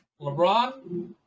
LeBron